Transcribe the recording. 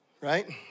Right